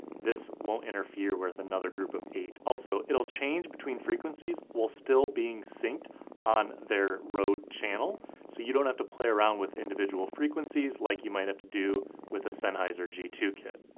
this won't interfere with another group of eight. also, it'll change between frequencies while still being synced on their rode channel so you don't have to play around with individual frequencies like you might have to do with the sennheiser g two kit.